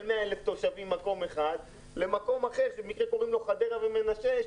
100,000 תושבים במקום אחד למקום אחר שבמקרה קוראים לו חדרה ומנשה,